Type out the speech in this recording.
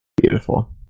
Beautiful